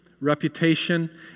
reputation